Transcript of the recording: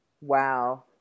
Wow